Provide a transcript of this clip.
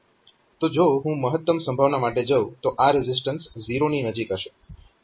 તો જો હું મહત્તમ સંભાવના માટે જઉં તો આ રેઝિસ્ટન્સ 0 ની નજીક હશે